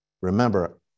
Remember